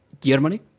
Germany